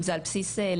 אם זה על בסיס לידה,